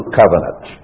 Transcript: covenant